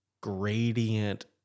gradient